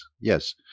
yes